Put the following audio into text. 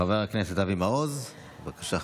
חבר הכנסת אבי מעוז, בבקשה.